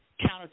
counter